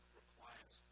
requires